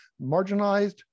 marginalized